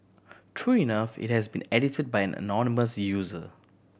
true enough it has been edited by an anonymous user